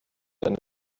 and